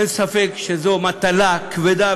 אין ספק שזו מטלה כבדה,